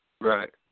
Right